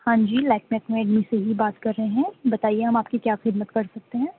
ہاں جی لیکمے اکیڈمی سے ہی بات کر رہی ہوں بتائیے ہم آپ کی کیا خدمت کر سکتے ہیں